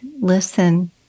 listen